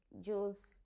juice